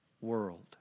world